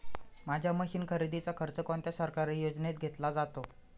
माझ्या मशीन खरेदीचा खर्च कोणत्या सरकारी योजनेत घेतला जातो?